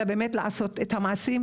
אלא באמת לעשות את המעשים,